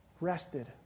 rested